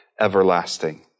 everlasting